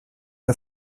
der